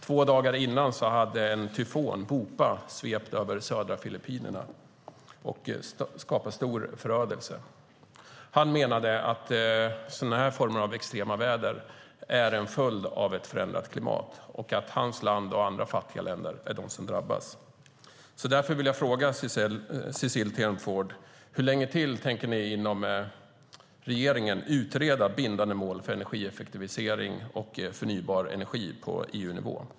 Två dagar tidigare hade en tyfon svept över södra Filippinerna och skapat stor förödelse. Saño ansåg att sådana extrema väderfenomen är en följd av ett förändrat klimat och att hans land och andra fattiga länder är de som drabbas. Därför vill jag fråga Cecilie Tenfjord-Toftby hur länge man inom regeringen tänker utreda frågan om bindande mål för energieffektivisering och förnybar energi på EU-nivå.